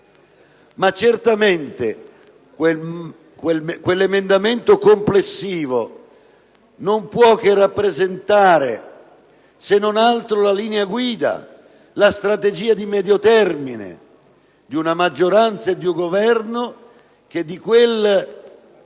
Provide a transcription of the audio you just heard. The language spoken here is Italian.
ma certamente quell'emendamento complessivo non può che rappresentare la linea guida, la strategia di medio termine di una maggioranza e di un di Governo che di quel